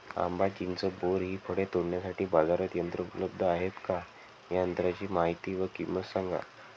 आंबा, चिंच, बोर हि फळे तोडण्यासाठी बाजारात यंत्र उपलब्ध आहेत का? या यंत्रांची माहिती व किंमत सांगा?